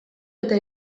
eta